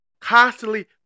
constantly